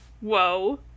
whoa